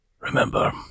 remember